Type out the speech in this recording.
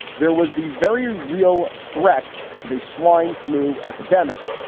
there was the very real threat of a swine flu epidemic.